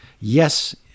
Yes